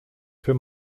für